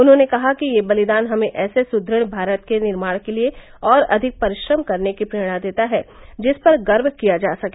उन्होंने कहा कि यह बलिदान हमें ऐसे सुदृढ़ भारत के निर्माण के लिए और अधिक परिश्रम करने की प्रेरणा देता है जिस पर गर्व किया जा सके